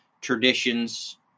traditions